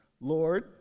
Lord